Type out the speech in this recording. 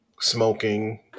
smoking